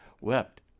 wept